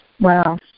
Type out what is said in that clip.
wow